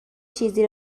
چیزی